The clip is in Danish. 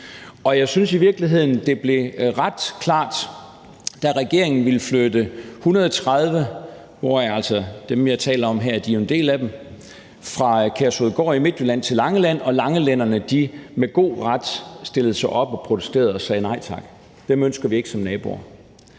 Jeg synes i virkeligheden, noget blev klart, da regeringen ville flytte 130 – hvoraf dem, jeg taler om her, er en del – fra Kærshovedgård i Midtjylland til Langeland og langelænderne med god ret stillede sig op og protesterede og sagde: Nej tak, dem ønsker vi ikke som naboer.